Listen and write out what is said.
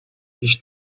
ich